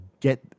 get